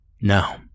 no